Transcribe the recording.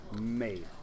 made